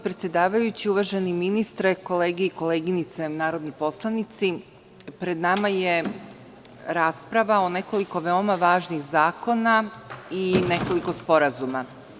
Gospodine predsedavajući, uvaženi ministre, kolege i koleginice narodni poslanici, pred nama je rasprava o nekoliko veoma važnih zakona i nekoliko sporazuma.